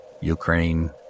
Ukraine